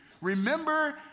Remember